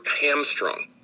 hamstrung